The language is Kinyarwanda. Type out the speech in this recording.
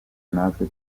natwe